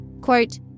Quote